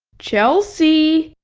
chelsea.